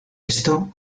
esto